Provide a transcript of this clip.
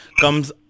comes